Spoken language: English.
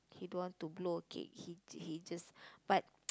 he don't want to blow a cake he he just but